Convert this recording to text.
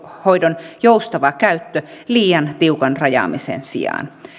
perhehoidon joustava käyttö liian tiukan rajaamisen sijaan